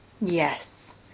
Yes